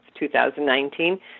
2019